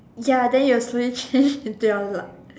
ya then you will slowly change into your